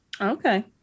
Okay